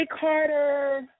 Carter